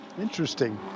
interesting